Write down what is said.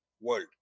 world